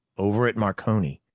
over at marconi.